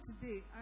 today